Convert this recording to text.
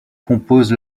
composent